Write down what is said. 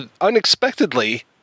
unexpectedly